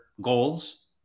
goals